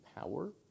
power